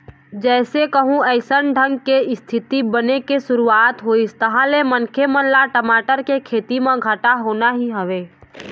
जइसे कहूँ अइसन ढंग के इस्थिति बने के शुरुवात होइस तहाँ ले मनखे मन ल टमाटर के खेती म घाटा होना ही हवय